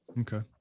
Okay